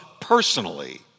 personally